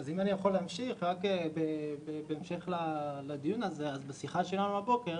אם אני יכול להמשיך, בשיחה שלנו הבוקר